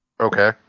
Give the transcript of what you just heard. Okay